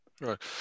Right